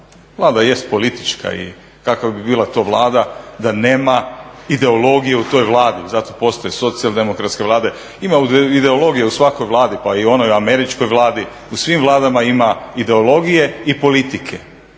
Vlada jest politička i kakva bi bila to Vlada da nema ideologije u toj Vladi, zato postoje socijaldemokratske Vlade. Ima ideologije u svakoj Vladi, pa i onoj američkoj Vladi. U svim vladama ima ideologije i politike